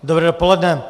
Dobré dopoledne.